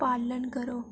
पालन करो